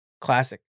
Classic